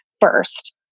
first